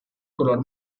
color